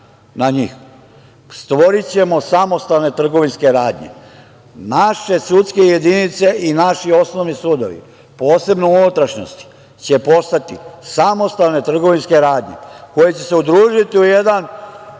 na njih, stvorićemo samostalne trgovinske radnje. Naše sudske jedinice i naši osnovni sudovi, posebno u unutrašnjosti će postati samostalne trgovinske radnje koje će se udružiti u jedan